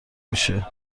میشه